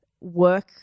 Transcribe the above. work